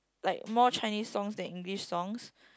like more Chinese songs than English songs